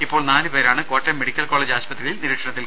ഇപ്പോൾ നാലു പേരാണ് കോട്ടയം മെഡിക്കൽ കോളജ് ആശുപത്രിയിൽ നിരീക്ഷണത്തിലുള്ളത്